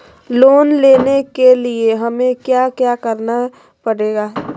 Loan लेने के लिए हमें क्या क्या करना पड़ेगा?